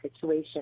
situation